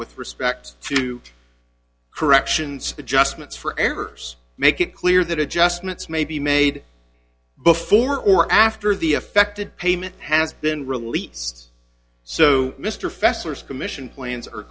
with respect to corrections adjustments for errors make it clear that adjustments may be made before or after the affected payment has been released so mr festers commission plans are